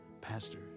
Pastor